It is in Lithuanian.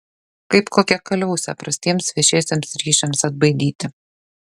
kaip kokią kaliausę prastiems viešiesiems ryšiams atbaidyti